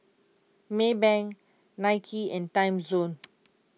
Maybank Nike and Timezone